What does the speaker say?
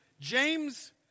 James